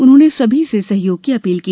उन्होंने सभी से सहयोग की अपील की